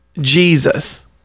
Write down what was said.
Jesus